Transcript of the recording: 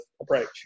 approach